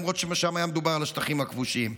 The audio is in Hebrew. למרות ששם היה מדובר על השטחים הכבושים.